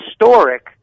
historic